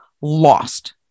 lost